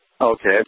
Okay